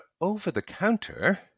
over-the-counter